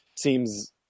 seems